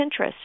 Pinterest